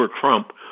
Trump